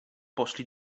poszli